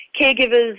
caregivers